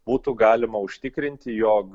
būtų galima užtikrinti jog